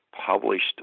published